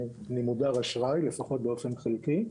אני מודר אשראי, לפחות באופן חלקי,